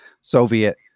Soviet